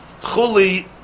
Chuli